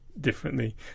Differently